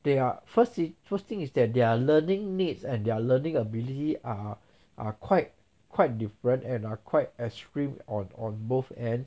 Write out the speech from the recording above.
they are first first thing is that their learning needs and their learning ability are are quite quite different and are quite extreme on on both ends